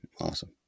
Awesome